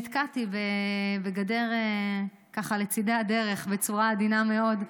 נתקעתי בגדר, ככה, בצידי הדרך, בצורה עדינה מאוד.